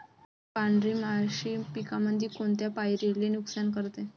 पांढरी माशी पिकामंदी कोनत्या पायरीले नुकसान करते?